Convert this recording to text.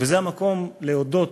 וזה המקום להודות